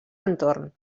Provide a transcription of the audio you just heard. entorn